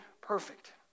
perfect